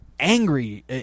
angry